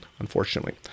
Unfortunately